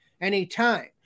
anytime